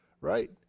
Right